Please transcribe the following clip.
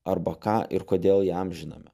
arba ką ir kodėl įamžiname